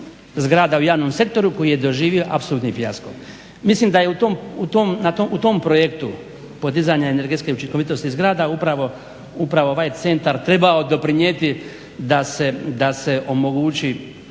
zgrada u javnom sektoru koji je doživio apsolutni fijasko. Mislim da je u tom projektu podizanja energetske učinkovitosti zgrada upravo ovaj centar trebao doprinijeti da se omogući